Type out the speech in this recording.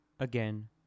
Again